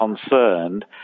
concerned